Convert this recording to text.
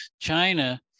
China